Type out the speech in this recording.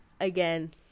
Again